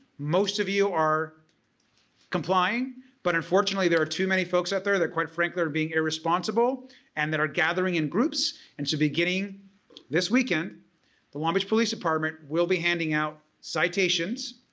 most of you are complying but unfortunately there are too many folks out there that quite frankly are being irresponsible and that are gathering in groups and so beginning this weekend the long beach police department will be handing out citations.